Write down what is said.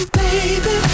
baby